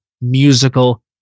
musical